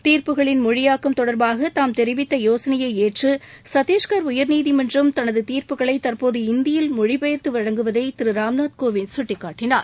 தீர்ப்புகளின் மொழியாக்கம் தொடர்பாக தாம் தெரிவித்த யோசனையை ஏற்று சத்திஷ்கர் உயர்நீதிமன்றம் தனது தீர்ப்புகளை தற்போது இந்தியில் மொழிபெயர்த்து வழங்குவதை அவர் சுட்டிக்காட்டினார்